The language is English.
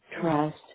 trust